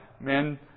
men